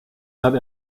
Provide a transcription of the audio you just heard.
not